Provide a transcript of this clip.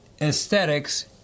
aesthetics